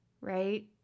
right